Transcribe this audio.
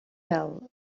fell